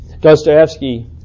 Dostoevsky